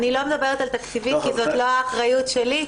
אני לא מדברת על תקציבית, כי זו לא האחריות שלי.